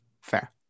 Fair